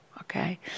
okay